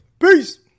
Peace